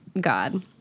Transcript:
God